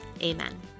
amen